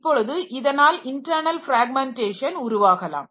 இப்பொழுது இதனால் internal fermentation உருவாகலாம்